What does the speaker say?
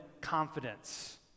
confidence